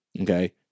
okay